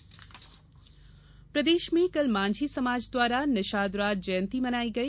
निषाद जयंती प्रदेश में कल मांझी समाज द्वारा निषादराज जयंती मनाई गई